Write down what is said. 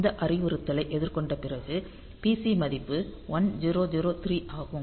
இந்த அறிவுறுத்தலை எதிர்கொண்ட பிறகு PC மதிப்பு 1003 ஆகும்